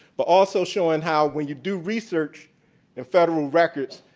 but also showing how when you do research in federal records,